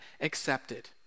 accepted